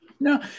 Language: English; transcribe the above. No